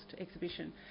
Exhibition